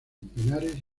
pinares